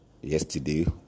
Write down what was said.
Yesterday